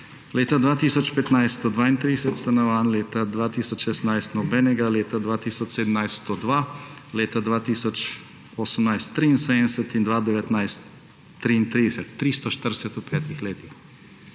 Leta 2015 132 stanovanj, leta 2016 nobenega, leta 2017 102, leta 2018 73 in 2019 33. 340 v petih